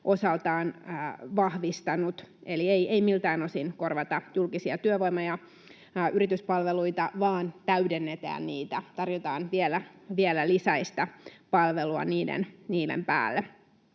osaltaan vahvistanut. Eli ei miltään osin korvata julkisia työvoima- ja yrityspalveluita, vaan täydennetään niitä, tarjotaan vielä lisäistä palvelua niiden päälle.